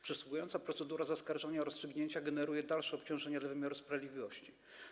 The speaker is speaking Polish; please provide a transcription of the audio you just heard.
Przysługująca procedura zaskarżenia rozstrzygnięcia generuje dalsze obciążenie dla wymiaru sprawiedliwości.